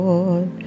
Lord